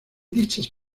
dichas